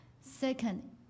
second